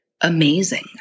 amazing